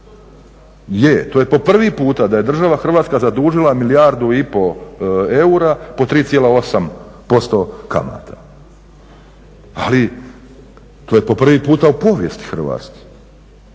Je, to je po prvi puta da je država Hrvatska zadužila milijardu i pol eura po 3,8% kamata, ali to je po prvi puta u povijesti Hrvatske.